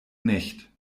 nicht